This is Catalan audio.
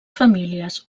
famílies